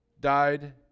died